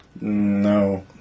No